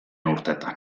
urteetan